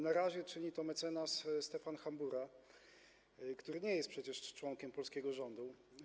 Na razie czyni to mecenas Stefan Hambura, który nie jest przecież członkiem polskiego rządu.